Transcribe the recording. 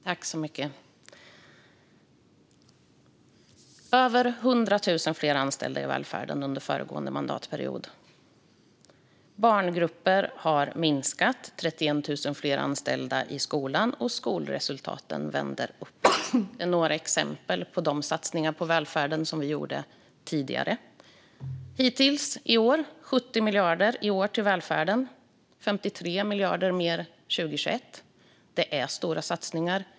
Fru talman! Vi fick över 100 000 fler anställda i välfärden under föregående mandatperiod. Barngrupper har minskat. I skolan fick vi 31 000 fler anställda, och skolresultaten vänder uppåt. Detta är några exempel på de satsningar på välfärden som vi gjorde tidigare. Hittills i år har välfärden fått 70 miljarder, och 2021 blir det 53 miljarder mer. Det är stora satsningar.